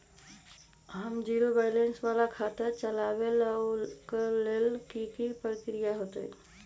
हम zero balance वाला खाता चाहइले वो लेल की की प्रक्रिया होतई?